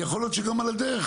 כי יכול להיות שגם על הדרך,